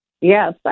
Yes